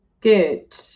Good